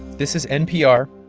this is npr.